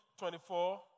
24